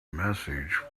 message